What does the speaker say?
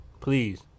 please